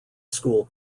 school